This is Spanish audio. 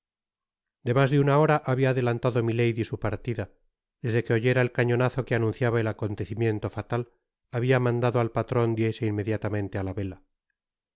de mas de una hora b bia adelantado milady su partida desde que oyera el cañonazo que anunciaba el acontecimiento fatal habia mandado al patron diese inmediatamente á la vela